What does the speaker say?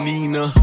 Nina